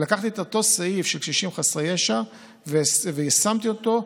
ולקחתי את אותו סעיף של קשישים חסרי ישע ויישמתי אותו,